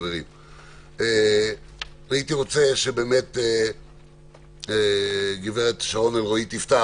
הייתי רוצה שהד"ר שרון אלרעי תפתח